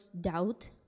doubt